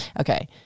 Okay